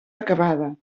acabada